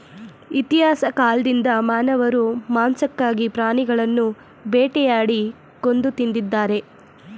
ಇತಿಹಾಸ ಕಾಲ್ದಿಂದ ಮಾನವರು ಮಾಂಸಕ್ಕಾಗಿ ಪ್ರಾಣಿಗಳನ್ನು ಬೇಟೆಯಾಡಿ ಕೊಂದು ತಿಂದಿದ್ದಾರೆ